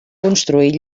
construir